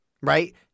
right